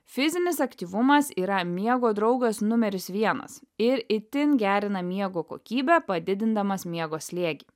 fizinis aktyvumas yra miego draugas numeris vienas ir itin gerina miego kokybę padidindamas miego slėgį